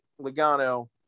Logano